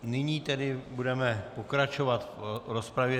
Nyní tedy budeme pokračovat v rozpravě.